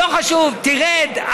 לא חשוב, תרד.